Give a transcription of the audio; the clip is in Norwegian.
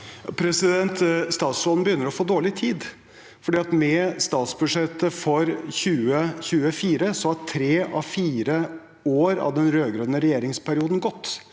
Statsråden begyn- ner å få dårlig tid, for med statsbudsjettet for 2024 har tre av fire år av den rød-grønne regjeringsperioden gått.